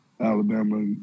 Alabama